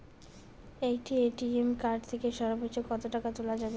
একটি ATM card থেকে সর্বোচ্চ কত টাকা তোলা যাবে?